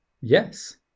Yes